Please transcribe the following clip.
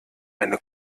eine